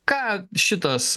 ką šitas